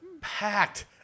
packed